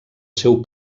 seu